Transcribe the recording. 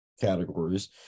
Categories